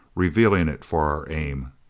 revealing it for our aim.